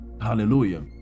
Hallelujah